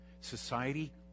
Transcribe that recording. society